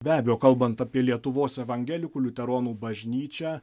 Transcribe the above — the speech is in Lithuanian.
be abejo kalbant apie lietuvos evangelikų liuteronų bažnyčią